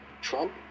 Trump